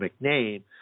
name